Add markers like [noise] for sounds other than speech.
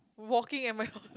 walking at my [laughs]